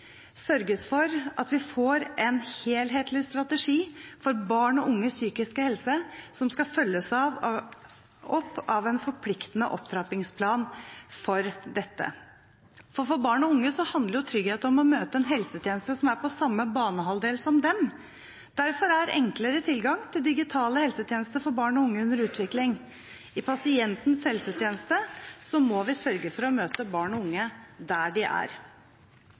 sørget for at vi får en helhetlig strategi for barn og unges psykiske helse, som skal følges opp av en forpliktende opptrappingsplan for dette. For barn og unge handler trygghet om å møte en helsetjeneste som er på samme banehalvdel som dem. Derfor er enklere tilgang til digitale helsetjenester for barn og unge under utvikling. I pasientens helsetjeneste må vi sørge for å møte barn og unge der de er.